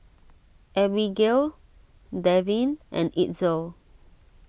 Abigale Davin and Itzel